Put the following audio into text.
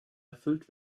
erfüllt